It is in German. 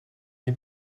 sie